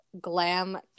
glam